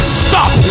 stop